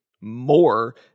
more